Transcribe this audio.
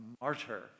martyr